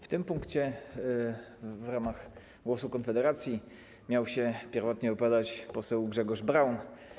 W tym punkcie w ramach głosu Konfederacji miał się pierwotnie wypowiadać poseł Grzegorz Braun.